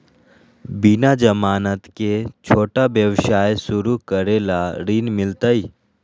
बिना जमानत के, छोटा व्यवसाय शुरू करे ला ऋण मिलतई?